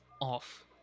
off